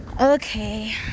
okay